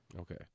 Okay